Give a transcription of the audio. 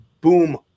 boom